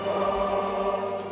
little